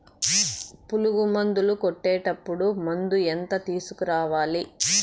పులుగు మందులు కొట్టేటప్పుడు మందు ఎంత తీసుకురావాలి?